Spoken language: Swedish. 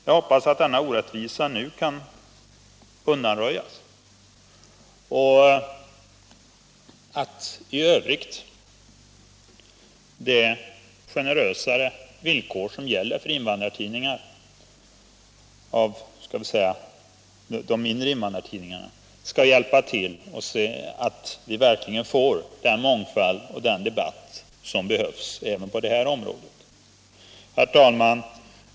Jag hoppas att denna orättvisa nu kan undanröjas och att i övrigt de generösare villkor som gäller för de mindre invandrartidningarna skall hjälpa till så att vi verkligen får den mångfald och den debatt som behövs även på det här området. Herr talman!